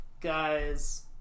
guys